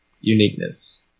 uniqueness